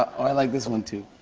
i like this one, too.